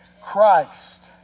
Christ